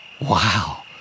Wow